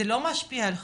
זה לא משפיע על החיים.